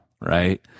right